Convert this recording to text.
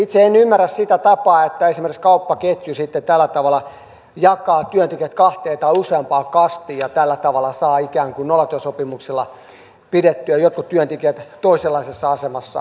itse en ymmärrä sitä tapaa että esimerkiksi kauppaketju sitten tällä tavalla jakaa työntekijät kahteen tai useampaan kastiin ja tällä tavalla saa ikään kuin nollatyösopimuksilla pidettyä jotkut työntekijät toisenlaisessa asemassa